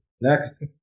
Next